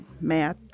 math